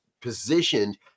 positioned